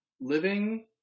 living